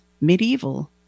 medieval